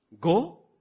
Go